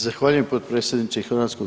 Zahvaljujem potpredsjedniče HS.